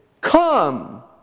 Come